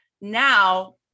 Now